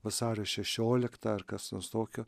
vasario šešioliktą ar kas nors tokio